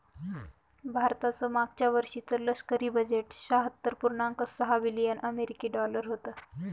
भारताचं मागच्या वर्षीचे लष्करी बजेट शहात्तर पुर्णांक सहा बिलियन अमेरिकी डॉलर होतं